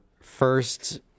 first